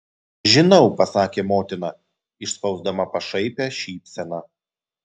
žinau pasakė motina išspausdama pašaipią šypseną